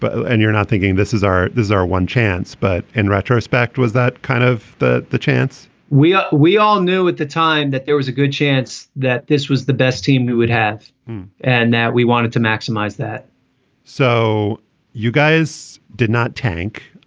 but and you're not thinking this is our there's our one chance but in retrospect, was that kind of the the chance we ah we all knew at the time that there was a good chance that this was the best team we would have and that we wanted to maximize that so you guys did not tank.